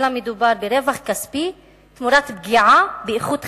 אלא מדובר ברווח כספי תמורת פגיעה באיכות חיים,